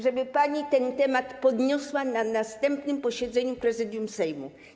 żeby pani ten temat podniosła na następnym posiedzeniu Prezydium Sejmu.